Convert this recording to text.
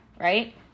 Right